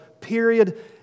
Period